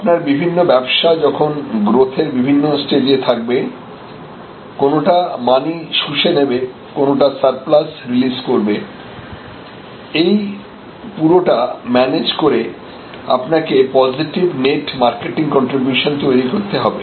আপনার বিভিন্ন ব্যবসা যখন গ্রোথ এর বিভিন্ন স্টেজে থাকবে কোনোটা মানি শুষে নেবে কোনোটা সারপ্লাস রিলিজ করবেএই পুরোটা ম্যানেজ করে আপনাকে পজিটিভ নেট মার্কেটিং কন্ট্রিবিউশন তৈরি করতে হবে